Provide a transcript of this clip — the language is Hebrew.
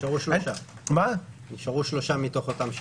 נשארו שלושה מתוך אותם שישה.